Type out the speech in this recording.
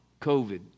COVID